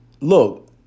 Look